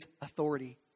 authority